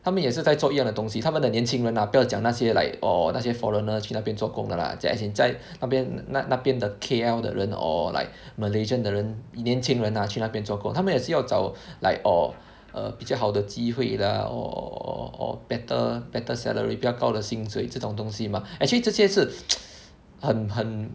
他们也是在做一样的东西他们的年轻人 ah 不要讲那些 like orh 那些 foreigners 去那边做工的 lah as in 在那边那那边的 K_L 的人 or like Malaysian 的人比年轻人 ah 去那边做工他们也是要找 like orh err 比较好的机会 lah or better better salary 比较高的薪水这种东西 mah actually 这些是很很